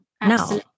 no